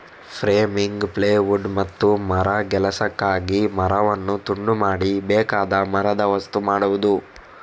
framing, plywood ಮತ್ತು ಮರಗೆಲಸಕ್ಕಾಗಿ ಮರವನ್ನು ತುಂಡು ಮಾಡಿ ಬೇಕಾದ ಮರದ ವಸ್ತು ಮಾಡುದು